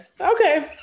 okay